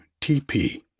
TP